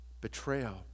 betrayal